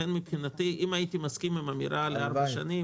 מבחינתי אם הייתי מסכים עם האמירה על ארבע שנים